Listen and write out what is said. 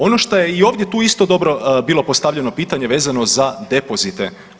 Ono šta je i ovdje tu isto dobro bilo postavljeno pitanje vezano za depozite.